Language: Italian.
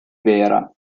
vera